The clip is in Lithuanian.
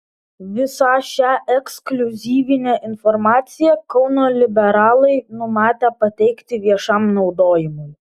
visą šią ekskliuzyvinę informaciją kauno liberalai numatę pateikti viešam naudojimui